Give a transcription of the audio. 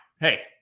Hey